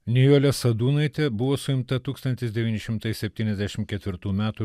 nijolė sadūnaitė buvo suimta tūkstantis devyni šimtai septyniasdešim ketvirtų metų